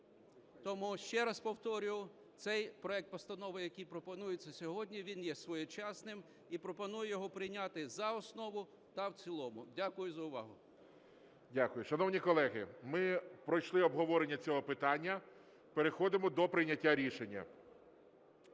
Тому ще раз повторюю, цей проект постанови, який пропонується сьогодні, він є своєчасним, і пропоную його прийняти за основу та в цілому. Дякую за увагу. ГОЛОВУЮЧИЙ. Дякую. Шановні колеги, ми пройшли обговорення цього питання, переходимо до прийняття рішення.